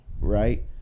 Right